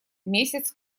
месяц